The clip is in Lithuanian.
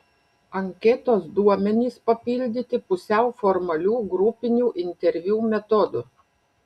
anketos duomenys papildyti pusiau formalių grupinių interviu metodu